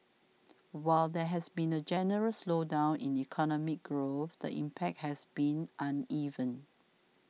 while there has been a general slowdown in economic growth the impact has been uneven